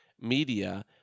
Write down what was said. media